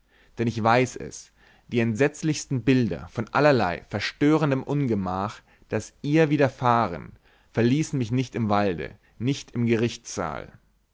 denn ich weiß es die entsetzlichsten bilder von allerlei verstörendem ungemach das ihr widerfahren verließen mich nicht im walde nicht im gerichtssaal